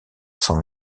sans